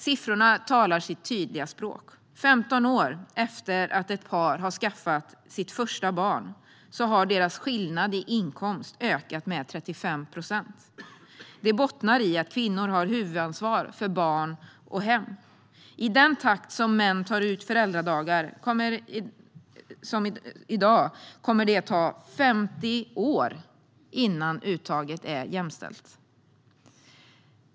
Siffrorna talar sitt tydliga språk: 15 år efter att ett par skaffat sitt första barn har skillnaden mellan deras inkomster ökat med 35 procent. Det bottnar i att kvinnor har huvudansvaret för barn och hem. I den takt män tar ut föräldradagar i dag kommer det att ta 50 år innan uttaget är jämställt.